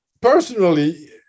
personally